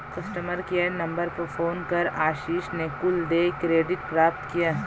customer care number पर phone कर आशीष ने कुल देय क्रेडिट प्राप्त किया